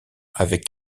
avec